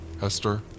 Hester